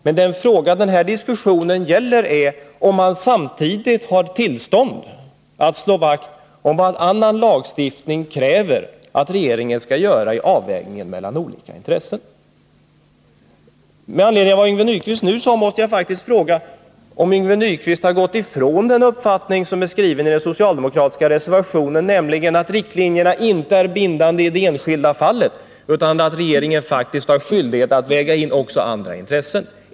Men den fråga som den här diskussionen gäller är om man samtidigt har tillstånd att slå vakt om vad annan lagstiftning kräver att regeringen skall göra i avvägningen mellan olika intressen. Yngve Nyquist har gått ifrån den uppfattning som framförs i den socialdemokratiska reservationen, nämligen att riktlinjerna inte är bindande i det enskilda fallet utan att regeringen faktiskt har skyldighet att väga in olika intressen.